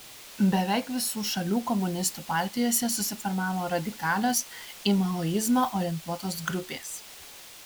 beveik visų šalių komunistų partijose susiformavo radikalios į maoizmą orientuotos grupės